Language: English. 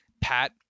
pat